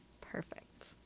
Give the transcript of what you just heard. Perfect